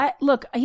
look